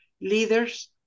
leaders